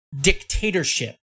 dictatorship